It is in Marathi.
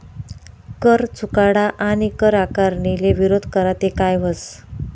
कर चुकाडा आणि कर आकारणीले विरोध करा ते काय व्हस